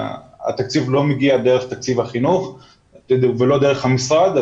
התקציב לא מגיע דרך תקציב החינוך ולא דרך המשרד,